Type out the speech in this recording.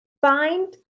find